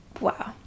wow